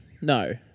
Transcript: No